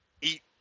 eat